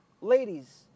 Ladies